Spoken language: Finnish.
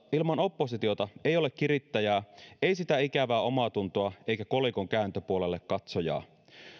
ilman oppositiota ei ole kirittäjää ei sitä ikävää omaatuntoa eikä kolikon kääntöpuolelle katsojaa